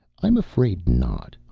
i'm afraid not.